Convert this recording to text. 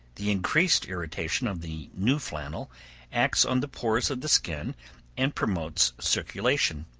the increased irritation of the new flannel acts on the pores of the skin and promotes circulation.